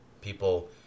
People